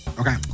Okay